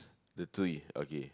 the tree okay